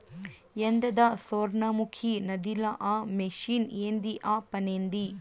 ఏందద సొర్ణముఖి నదిల ఆ మెషిన్ ఏంది ఆ పనేంది